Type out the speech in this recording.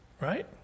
right